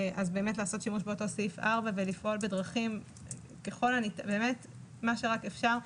לעשות שימוש באותו סעיף 4 ולפעול בדרכים ולעשות מה שרק אפשר.